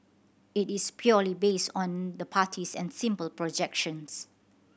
it is purely based on the parties and simple projections